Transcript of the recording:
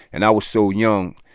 and i was so young,